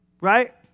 right